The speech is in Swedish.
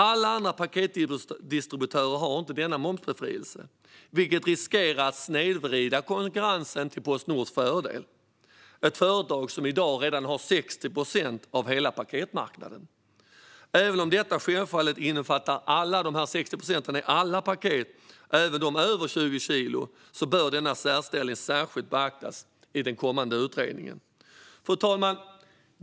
Alla andra paketdistributörer har inte denna momsbefrielse, vilket riskerar att snedvrida konkurrensen till Postnords fördel - ett företag som i dag har 60 procent av hela paketmarknaden. Även om dessa 60 procent innefattar alla paket, även de över 20 kilo, bör denna särställning särskilt beaktas i den kommande utredningen. Fru talman!